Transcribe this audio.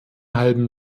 halben